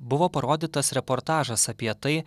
buvo parodytas reportažas apie tai